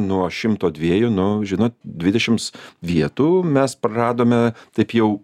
nuo šimto dviejų nu žinot dvidešims vietų mes praradome taip jau